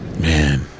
Man